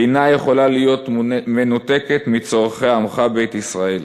אינה יכולה להיות מנותקת מצורכי עמך בית ישראל.